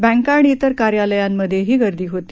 बँका आणि इतर कार्यालयंमधेही गर्दी होती